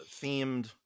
themed